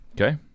Okay